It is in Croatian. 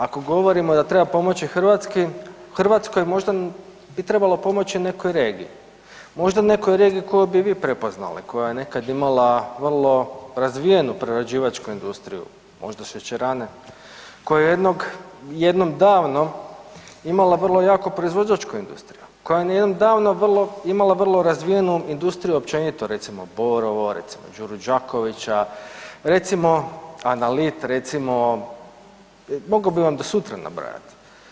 Ako govorimo da treba pomoći Hrvatskoj, možda bi trebalo pomoći nekoj regiji, možda nekoj regiji koju bi vi prepoznali, koja je nekad imala vrlo razvijenu prerađivačku industriju, možda šećerane, koja je jednom davno imala vrlo jaku proizvođačku industriju, koja je jednom davno imala vrlo razvijenu industriju općenito recimo „Borovo“, recimo „Đuro Đaković“, recimo „Analit“, recimo mogo bi vam do sutra nabrajat.